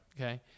Okay